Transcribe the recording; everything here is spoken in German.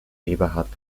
eberhard